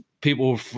people